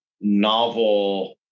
novel